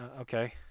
okay